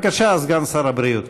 בבקשה, סגן שר הבריאות.